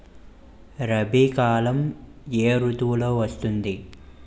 రబీ కాలం ఏ ఋతువులో వస్తుంది?